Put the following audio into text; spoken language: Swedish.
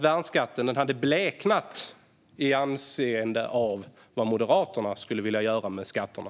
Värnskatten hade bleknat i jämförelse med vad Moderaterna skulle vilja göra med skatterna.